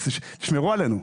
אז תשמרו עלינו.